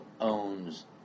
owns